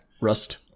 rust